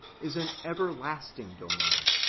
is an everlasting dominion,